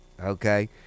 okay